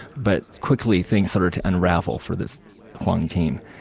but quickly things started to unravel for this one team.